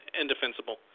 indefensible